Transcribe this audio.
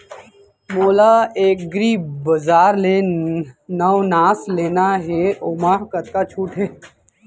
मोला एग्रीबजार ले नवनास लेना हे ओमा कतका छूट हे?